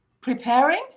Preparing